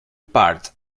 parts